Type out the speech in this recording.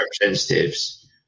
representatives